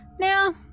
now